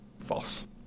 False